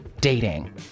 dating